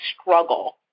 struggle